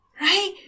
Right